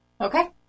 Okay